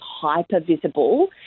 hyper-visible